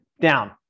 down